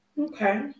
Okay